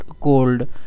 cold